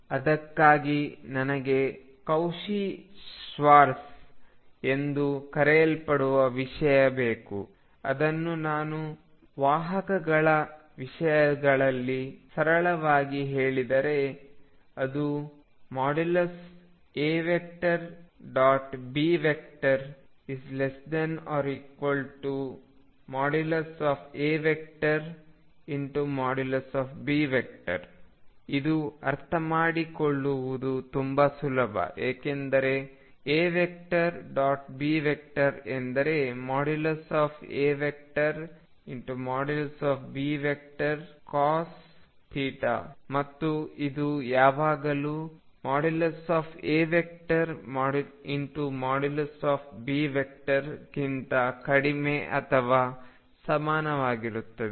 ಅದಕ್ಕಾಗಿ ನನಗೆ Cauchy Schwarz ಎಂದು ಕರೆಯಲ್ಪಡುವ ವಿಷಯ ಬೇಕು ಅದನ್ನು ನಾನು ವಾಹಕಗಳ ವಿಷಯದಲ್ಲಿ ಸರಳವಾಗಿ ಹೇಳಿದರೆ ಅದು |A B |≤|A ||B| ಇದು ಅರ್ಥಮಾಡಿಕೊಳ್ಳುವುದು ತುಂಬಾ ಸುಲಭ ಏಕೆಂದರೆ A B ಎಂದರೆ |A |Bcos ಮತ್ತು ಇದು ಯಾವಾಗಲೂ |A |B ಗಿಂತ ಕಡಿಮೆ ಅಥವಾ ಸಮಾನವಾಗಿರುತ್ತದೆ